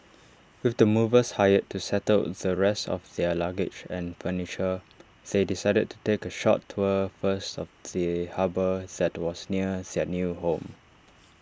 with the movers hired to settle the rest of their luggage and furniture they decided to take A short tour first of the harbour that was near their new home